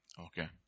Okay